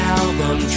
album